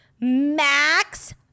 max